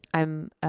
i'm